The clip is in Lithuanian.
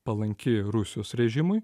palanki rusijos režimui